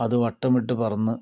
അത് വട്ടമിട്ട് പറന്ന്